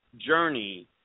journey